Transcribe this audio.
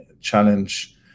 Challenge